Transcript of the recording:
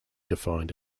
defined